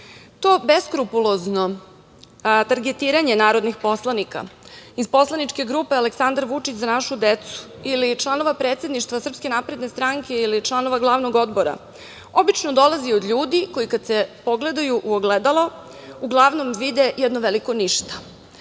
To beskrupulozno targetiranje narodnih poslanika iz poslaničke grupe Aleksandar Vučić – Za našu decu ili članova predsedništva SNS ili članova glavnog odbora obično dolazi od ljudi koji kad se pogledaju u ogledalo uglavnom vide jedno veliko ništa.